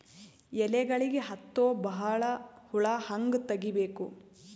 ಎಲೆಗಳಿಗೆ ಹತ್ತೋ ಬಹಳ ಹುಳ ಹಂಗ ತೆಗೀಬೆಕು?